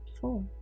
four